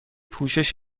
پوشش